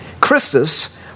Christus